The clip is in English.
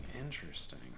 Interesting